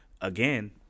again